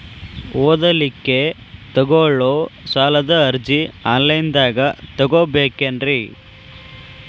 ಓದಲಿಕ್ಕೆ ತಗೊಳ್ಳೋ ಸಾಲದ ಅರ್ಜಿ ಆನ್ಲೈನ್ದಾಗ ತಗೊಬೇಕೇನ್ರಿ?